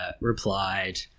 replied